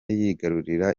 yigarurira